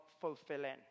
fulfilling